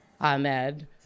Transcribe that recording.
Ahmed